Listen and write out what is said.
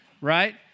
Right